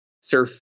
surf